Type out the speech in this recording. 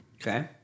Okay